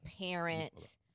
parent